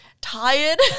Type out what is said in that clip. Tired